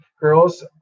Girls